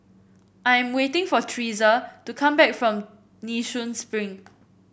I am waiting for Thresa to come back from Nee Soon Spring